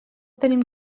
tenim